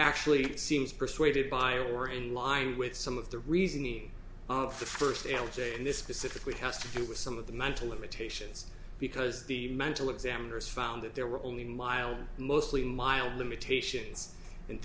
actually seems persuaded by or in line with some of the reasoning of the first l j and this specifically has to do with some of the mental limitations because the mental examiners found that there were only mild mostly mild limitations